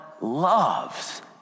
loves